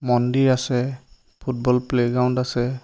মন্দিৰ আছে football playground আছে